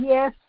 Yes